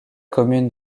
commune